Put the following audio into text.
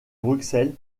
bruxelles